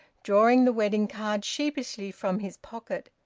drawing the wedding-card sheepishly from his pocket.